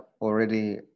already